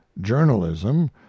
journalism